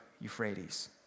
Euphrates